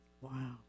Wow